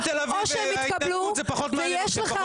או שהם התקבלו ויש לך